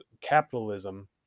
capitalism